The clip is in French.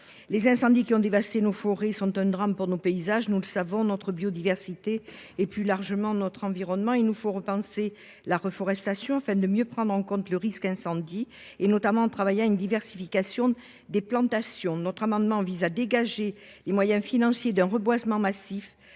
les incendies l'été dernier. Ces feux sont un drame pour les paysages, pour la biodiversité et, plus largement, pour l'environnement. Il nous faut repenser la reforestation afin de mieux prendre en compte le risque incendie, notamment en travaillant à une diversification des plantations. Notre amendement vise à dégager les moyens financiers d'un reboisement massif